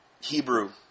Hebrew